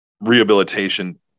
rehabilitation